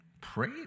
pray